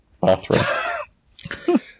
bathroom